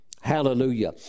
Hallelujah